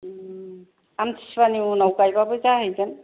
उम आमथिसुवानि उनाव गायबाबो जाहैगोन